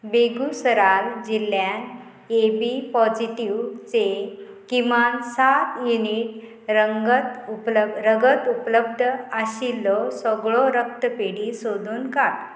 बेगुसराल जिल्ल्यांत A B positive चे किमान सात युनिट रंगत उपलब रगत उपलब्ध आशिल्लो सगळो रक्तपेढी सोदून काड